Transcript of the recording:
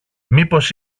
μήπως